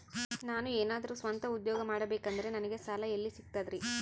ನಾನು ಏನಾದರೂ ಸ್ವಂತ ಉದ್ಯೋಗ ಮಾಡಬೇಕಂದರೆ ನನಗ ಸಾಲ ಎಲ್ಲಿ ಸಿಗ್ತದರಿ?